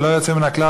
ללא יוצא מן הכלל,